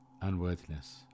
Unworthiness